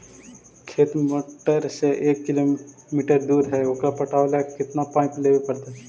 खेत मोटर से एक किलोमीटर दूर है ओकर पटाबे ल केतना पाइप लेबे पड़तै?